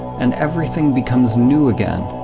and everything becomes new again.